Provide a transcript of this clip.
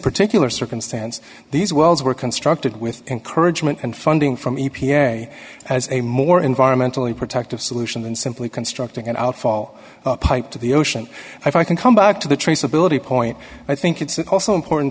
particular circumstance these wells were constructed with encouragement and funding from e p a as a more environmentally protective solution than simply constructing an outfall pipe to the ocean if i can come back to the traceability point i think it's also important